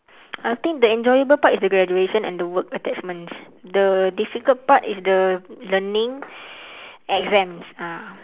I think the enjoyable part is the graduation and the work attachments the difficult part is the the learning exams ah